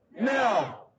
Now